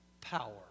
power